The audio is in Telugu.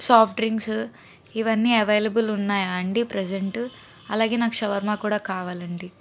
సాఫ్ట్ డ్రింక్స్ ఇవన్నీ అవైలబుల్ ఉన్నాయా అండి ప్రజెంట్ అలాగే నాకు షవర్మ కూడా కావాలండి